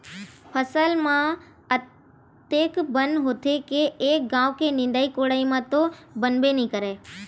फसल म अतेक बन होथे के एक घांव के निंदई कोड़ई म तो बनबे नइ करय